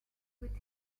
with